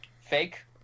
fake